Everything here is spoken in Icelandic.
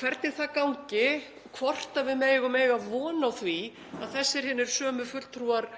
hvernig það gangi, og hvort við megum eiga von á því að þessir hinir sömu fulltrúar